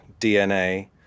DNA